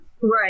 Right